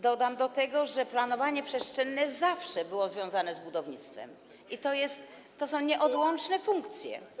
Dodam do tego, że planowanie przestrzenne zawsze było związane z budownictwem i to są nieodłączne funkcje.